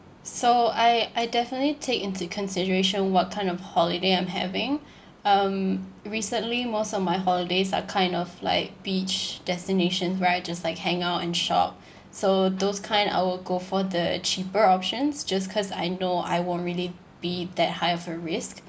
so I I definitely take into consideration what kind of holiday I'm having um recently most of my holidays are kind of like beach destinations right just like hang out and shop so those kind I would go for the cheaper options just cause I know I won't really be that high of a risk